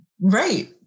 Right